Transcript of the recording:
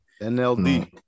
NLD